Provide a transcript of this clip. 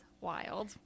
wild